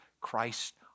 Christ